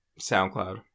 SoundCloud